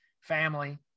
family